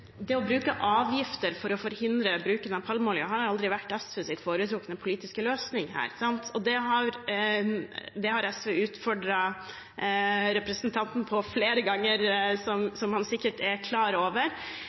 Det å bruke avgifter til å forhindre bruk av palmeolje har aldri vært SVs foretrukne politiske løsning her. Det har SV utfordret representanten på flere ganger, som han sikkert er klar over.